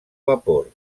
vapor